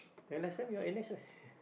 and last time your n_s right